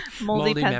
moldy